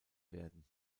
werden